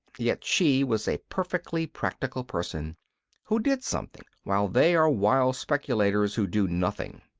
yet she was a perfectly practical person who did something, while they are wild speculators who do nothing.